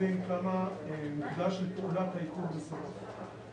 באחוזים כמה מוקדש לפעולת עיקור וסירוס.